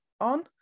on